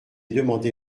demandé